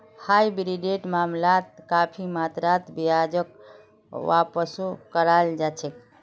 हाइब्रिडेर मामलात काफी मात्रात ब्याजक वापसो कराल जा छेक